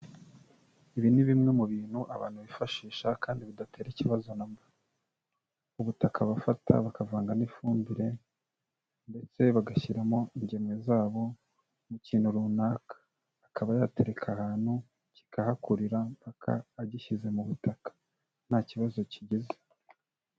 Ibi ni bimwe mu bintu abantu bifashisha kandi bidatera ikibazo na mba. Ubutaka bafata bakavanga n'ifumbire ndetse bagashyiramo ingemwe zabo mu kintu runaka, akaba yatereka ahantu kikahakurira mpaka agishyize mu butaka nta kibazo kigize.